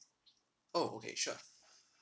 oh okay sure